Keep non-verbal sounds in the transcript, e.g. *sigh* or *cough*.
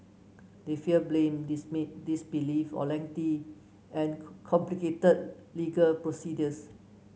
they fear blame *unintelligible* disbelief or lengthy and complicated legal procedures